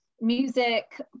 music